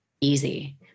easy